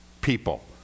people